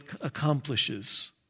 accomplishes